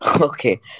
Okay